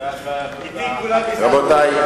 אתי כולם יסתדרו.